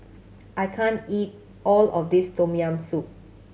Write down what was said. I can't eat all of this Tom Yam Soup